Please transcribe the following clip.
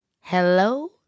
hello